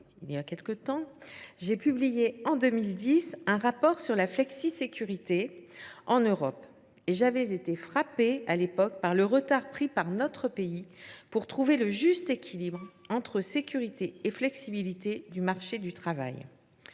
député européen, j’ai publié un rapport sur la flexisécurité en Europe. J’avais été frappée à l’époque par le retard pris par notre pays pour trouver le juste équilibre entre sécurité et flexibilité du marché du travail.